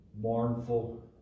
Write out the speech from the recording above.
mournful